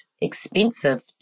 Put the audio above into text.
expensive